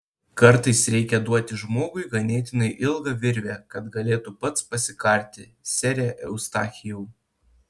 kartais reikia duoti žmogui ganėtinai ilgą virvę kad galėtų pats pasikarti sere eustachijau